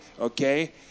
Okay